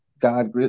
God